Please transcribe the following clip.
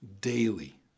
daily